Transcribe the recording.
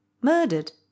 Murdered